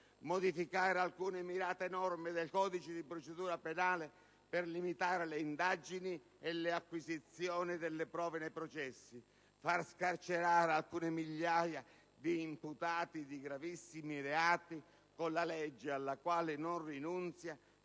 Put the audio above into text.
modificare alcune mirate norme del codice di procedura penale per limitare le indagini e le acquisizioni delle prove nei processi, far scarcerare alcune migliaia di imputati di gravissimi reati con la legge, alla quale non rinunzia,